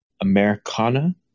Americana